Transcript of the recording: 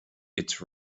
its